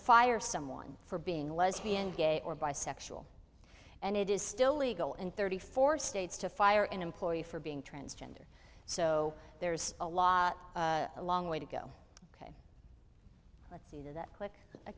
fire someone for being lesbian gay or bisexual and it is still legal in thirty four states to fire an employee for being transgender so there's a lot of long way to go let's see that quick